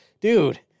dude